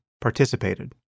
participated